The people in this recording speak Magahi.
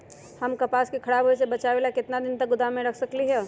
हम कपास के खराब होए से बचाबे ला कितना दिन तक गोदाम में रख सकली ह?